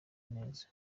neza